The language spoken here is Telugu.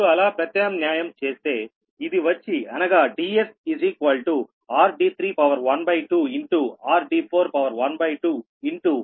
మీరు అలా ప్రత్యామ్న్యాయం చేస్తే ఇది వచ్చి అనగా Ds 12 12 r d3 to the power 1 by 3